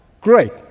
Great